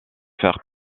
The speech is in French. faire